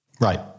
Right